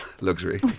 luxury